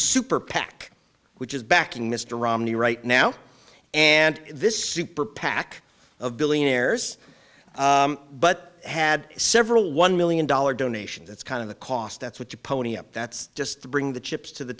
super pac which is backing mr romney right now and this super pac of billionaires but had several one million dollar donation that's kind of the cost that's what you pony up that's just to bring the chips to the